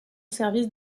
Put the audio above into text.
service